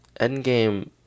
Endgame